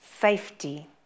safety